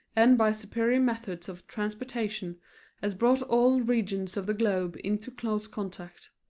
and by superior methods of transportation has brought all regions of the globe into close contact.